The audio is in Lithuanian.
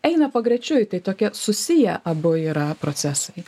eina pagrečiui tai tokie susiję abu yra procesai